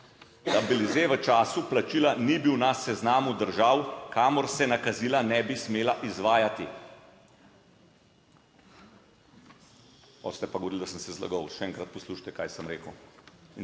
- Belize v času plačila ni bil na seznamu držav, kamor se nakazila ne bi smela izvajati. Potem ste pa govorili, da sem se zlagal. Še enkrat poslušajte, kaj sem rekel